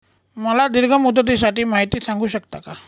मला दीर्घ मुदतीसाठी माहिती सांगू शकता का?